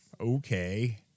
Okay